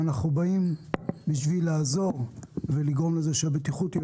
אנחנו באים כדי לעזור ולגרום לכך שהבטיחות תהיה